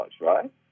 right